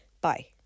Bye